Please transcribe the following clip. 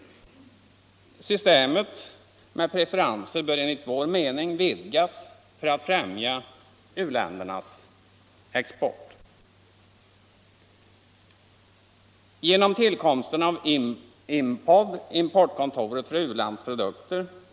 Systemet med preferenser bör enligt vår mening vidgas för att främja u-ländernas givande karaktär.